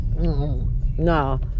No